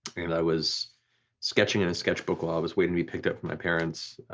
and i was sketching in a sketchbook while i was waiting to be picked up from my parents,